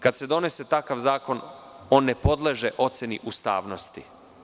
Kada se donese takav zakon, on ne podleže oceni ustavnosti.